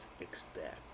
expect